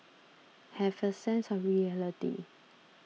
have a sense of reality